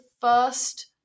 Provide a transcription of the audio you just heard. first